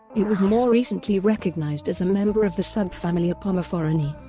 it was more recently recognized as a member of the subfamily epomophorinae.